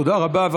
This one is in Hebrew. תודה רבה.